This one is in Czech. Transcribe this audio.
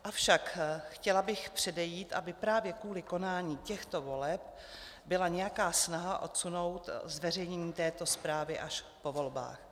Avšak chtěla bych předejít, aby právě kvůli konání těchto voleb byla nějaká snaha odsunout zveřejnění této zprávy až po volbách.